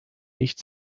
nicht